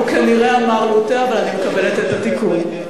הוא כנראה אמר "לוטה", אבל אני מקבלת את התיקון.